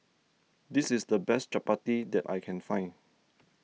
this is the best Chapati that I can find